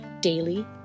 daily